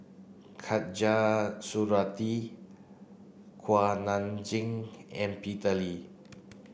Khatijah Surattee Kuak Nam Jin and Peter Lee